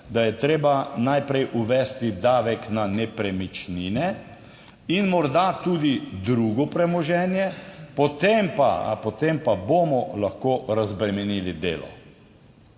da je treba najprej uvesti davek na nepremičnine in morda tudi drugo premoženje, potem pa bomo lahko razbremenili delo.